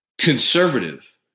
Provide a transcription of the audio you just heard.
conservative